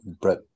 Brett